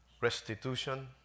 restitution